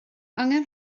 angen